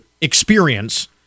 experience